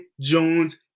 Jones